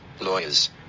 lawyers